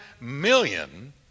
million